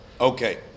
Okay